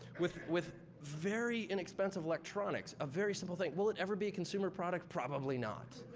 with with very inexpensive electronics. a very simple thing. will it ever be a consumer product? probably not.